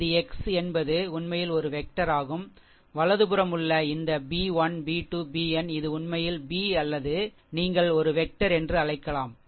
இது x என்பது உண்மையில் ஒரு வெக்டர் ஆகும் வலதுபுறம் உள்ள இந்த b1 b2 bn இது உண்மையில் b அல்லது நீங்கள் ஒரு வெக்டர் என்று அழைக்கலாம் சரி